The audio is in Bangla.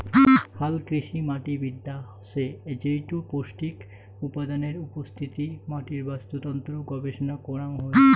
হালকৃষিমাটিবিদ্যা হসে যেইটো পৌষ্টিক উপাদানের উপস্থিতি, মাটির বাস্তুতন্ত্র গবেষণা করাং হই